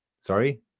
Sorry